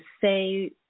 say –